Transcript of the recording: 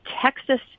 Texas